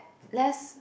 less